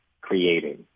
creating